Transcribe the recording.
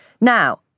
Now